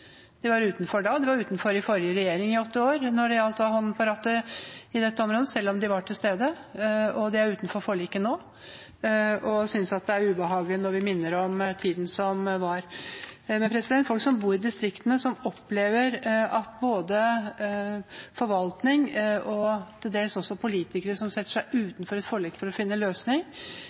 var utenfor da, de var utenfor i forrige regjering i åtte år når det gjaldt å ha hånden på rattet på dette området, selv om de var til stede, og de er utenfor forliket nå og synes at det er ubehagelig når vi minner om tiden som var. Men folk som bor i distriktene, folk som opplever at både forvaltning og til dels også politikere stiller seg utenfor et forlik for å finne en løsning,